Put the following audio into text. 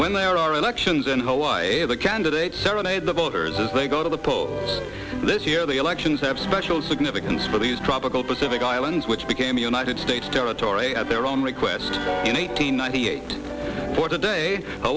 when there are elections in hawaii the candidates serenade the voters as they go to the polls this year the elections have special significance for these tropical pacific islands which became united states territory at their own request in eighty ninety eight for the day